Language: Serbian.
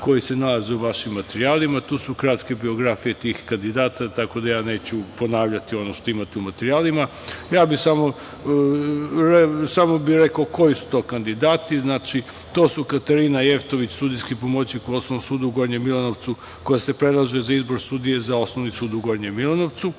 koji se nalaze u vašim materijalima. Tu su i kratke biografije tih kandidata, tako da ja neću ponavljati ono što imate u materijalima. Radi se o sledećim kandidatima: Katarina Jevtović, sudijski pomoćnik u Osnovnom sudu u Gornjem Milanovcu, koja se predlaže za izbor sudije za Osnovni sud u Gornjem Milanovcu,